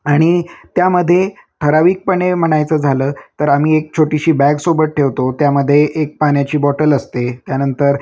आणि त्यामध्ये ठराविकपणे म्हणायचं झालं तर आम्ही एक छोटीशी बॅगसोबत ठेवतो त्यामध्ये एक पाण्याची बॉटल असते त्यानंतर